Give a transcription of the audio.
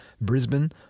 brisbane